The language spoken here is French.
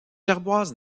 gerboise